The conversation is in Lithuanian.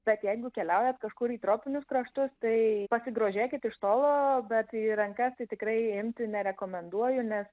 bet jeigu keliaujat kažkur į tropinius kraštus tai pasigrožėkit iš tolo bet į rankas tai tikrai imti nerekomenduoju nes